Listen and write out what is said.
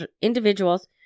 individuals